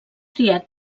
triat